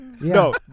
No